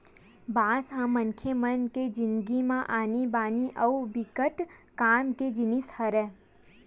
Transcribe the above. बांस ह मनखे मन के जिनगी म आनी बानी अउ बिकट काम के जिनिस हरय